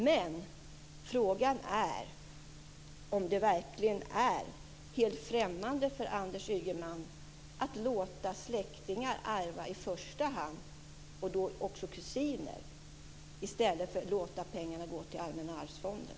Men frågan är om det verkligen är helt främmande för Anders Ygeman att låta släktingar ärva i första hand - och då också kusiner - i stället för att låta pengarna gå till Allmänna arvsfonden.